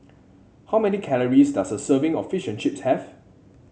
how many calories does a serving of Fish and Chips have